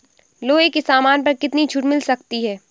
लोहे के सामान पर कितनी छूट मिल सकती है